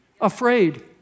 afraid